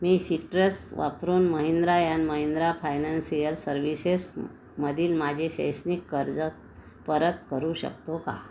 मी Citrus वापरून Mahindra and Mahindra financial सर्व्हिसेसमधील माझे शैक्षणिक कर्ज परत करू शकतो का